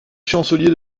chancelier